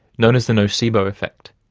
known as the nocebo effect.